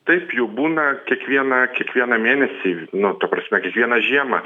taip jų būna kiekvieną kiekvieną mėnesį nu ta prasme kiekvieną žiemą